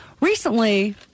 Recently